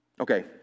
Okay